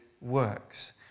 works